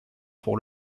pour